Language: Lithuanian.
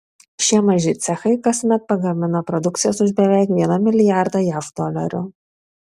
šie maži cechai kasmet pagamina produkcijos už beveik vieną milijardą jav dolerių